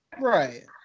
Right